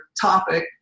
topic